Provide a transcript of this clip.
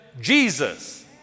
Jesus